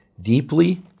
deeply